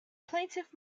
plaintiff